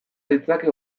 ditzake